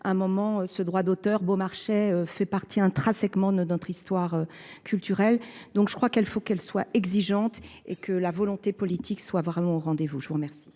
un moment, ce droit d'auteur beau marché fait partie intrinsèquement de notre histoire culturelle. Donc je crois qu'elle faut qu'elle soit exigeante et que la volonté politique soit vraiment au rendez-vous. Je vous remercie.